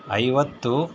ಐವತ್ತು